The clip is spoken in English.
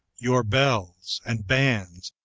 your bells, and bands,